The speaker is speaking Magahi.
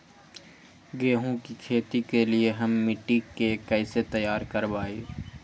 गेंहू की खेती के लिए हम मिट्टी के कैसे तैयार करवाई?